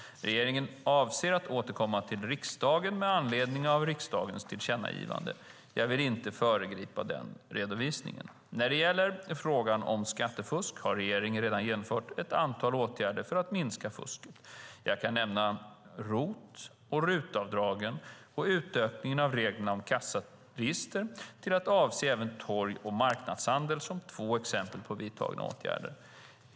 Regeringen avser att återkomma till riksdagen med anledning av riksdagens tillkännagivande. Jag vill inte föregripa den redovisningen. När det gäller frågan om skattefusk, så har regeringen redan genomfört ett antal åtgärder för att minska fusket. Jag kan nämna ROT och RUT-avdragen och utökningen av reglerna om kassaregister till att avse även torg och marknadshandeln som två exempel på vidtagna åtgärder.